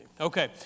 Okay